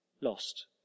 lost